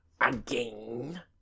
Again